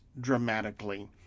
dramatically